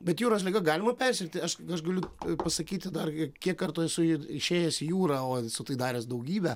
bet jūros liga galima persirgti aš aš galiu pasakyti dar kiek kartų esu išėjęs į jūrą o esu tai daręs daugybę